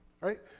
Right